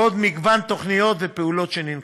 ועוד מגוון תוכניות ופעולות שננקטות.